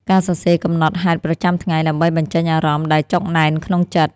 ការសរសេរកំណត់ហេតុប្រចាំថ្ងៃ ដើម្បីបញ្ចេញអារម្មណ៍ដែលចុកណែនក្នុងចិត្ត។